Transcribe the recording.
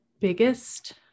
biggest